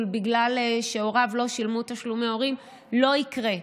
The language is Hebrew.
בגלל שהוריו לא שילמו תשלומי הורים לא יקרה,